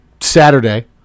Saturday